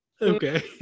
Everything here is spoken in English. Okay